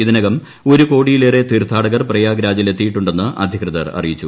ഇതിനകം ഒരു കോടിയിലേറെ തീർത്ഥാടകർ പ്രയാഗ്രാജിൽ എത്തിയിട്ടുണ്ടെന്ന് അധികൃതർ അറിയിച്ചു